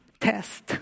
test